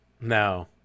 No